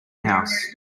house